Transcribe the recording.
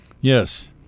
Yes